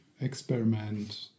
Experiment